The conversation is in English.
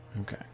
Okay